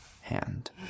hand